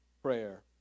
prayer